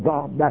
God